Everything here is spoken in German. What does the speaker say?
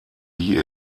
wie